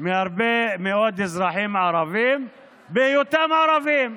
מהרבה מאוד אזרחים ערבים בהיותם ערבים.